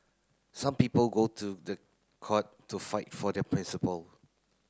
some people go to the court to fight for their principle